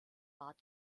bad